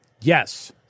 Yes